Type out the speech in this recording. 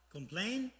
Complain